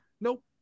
nope